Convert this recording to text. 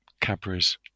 Cabra's